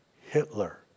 Hitler